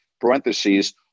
parentheses